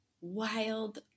wild